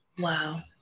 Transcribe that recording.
Wow